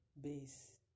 base